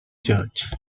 church